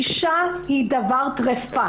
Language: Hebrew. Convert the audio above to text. אישה היא טרפה.